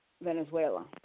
Venezuela